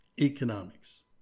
economics